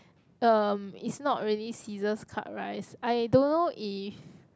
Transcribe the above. um it's not really scissors cut rice I don't know if